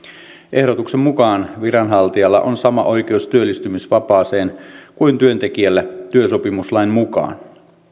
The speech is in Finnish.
ehdotuksen mukaan viranhaltijalla on sama oikeus työllistymisvapaaseen kuin työntekijällä työsopimuslain mukaan